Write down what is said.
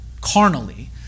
carnally